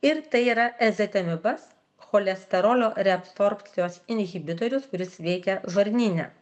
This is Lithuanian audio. ir tai yra ezetemipas cholesterolio reabsorbcijos inhibitorius kuris veikia žarnyne